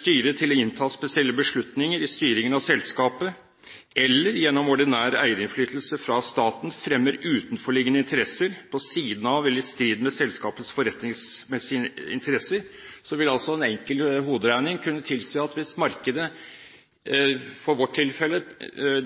styret til å innta spesielles beslutninger i styringen av selskapet, eller gjennom ordinær eierinnflytelse fra staten fremmer utenforliggende interesser på siden av eller i strid med selskapets forretningsmessige interesser, vil altså en enkel hoderegning kunne tilsi at hvis markedet for vårt tilfelle